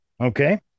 Okay